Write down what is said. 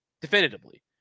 definitively